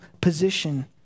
position